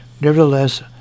Nevertheless